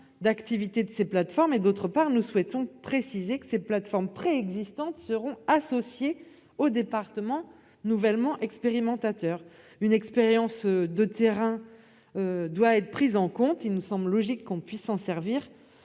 d'activité de ces plateformes. D'autre part, nous souhaitons préciser que ces plateformes préexistantes seront associées aux départements nouvellement expérimentateurs. Une expérience de terrain doit être prise en compte, et il semble logique que l'on s'en serve.